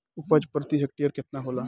उपज प्रति हेक्टेयर केतना होला?